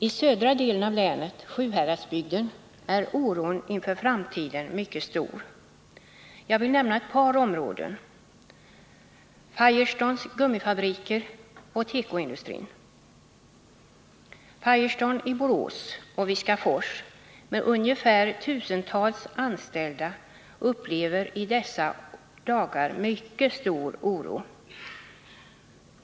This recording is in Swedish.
I södra delen av länet, Sjuhäradsbygden, är oron inför framtiden mycket stor bland befolkningen. Jag vill här nämna ett par områden som ger anledning till oro: Firestones gummifabriker och tekoindustrin. Vid Firestone i Borås och Viskafors med ungefär 1 000 anställda hyser man i dessa dagar stark oro inför framtiden.